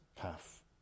path